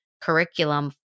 Curriculum